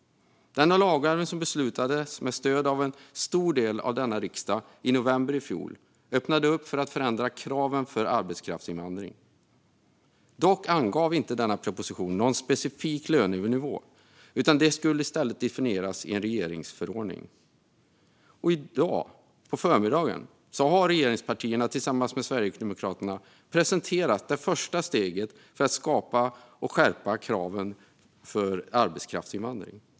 Den lagändring som beslutades med stöd av en stor del av denna riksdag i november i fjol öppnade upp för att förändra kraven för arbetskraftsinvandring. Dock angav inte denna proposition någon specifik lönenivå, utan det skulle i stället definieras i en regeringsförordning. I dag på förmiddagen har regeringspartierna tillsammans med Sverigedemokraterna presenterat det första steget för att skärpa kraven för arbetskraftsinvandring.